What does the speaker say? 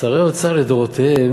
שרי אוצר לדורותיהם,